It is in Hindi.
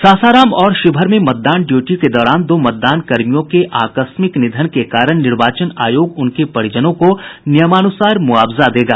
सासाराम और शिवहर में मतदान ड्यूटी के दौरान दो मतदान कर्मियों के आकस्मिक निधन के कारण निर्वाचन आयेग उनके परिजनों को नियमानूसार मूआवजा देगा